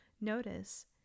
notice